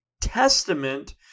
testament